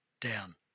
down